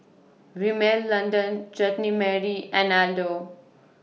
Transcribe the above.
Rimmel London Chutney Mary and Aldo